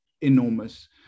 enormous